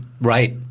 Right